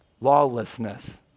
lawlessness